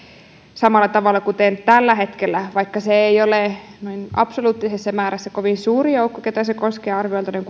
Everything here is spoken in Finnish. samalla tavalla kuin tällä hetkellä vaikka ei ole absoluuttisessa määrässä kovin suuri joukko keitä se koskee arviolta on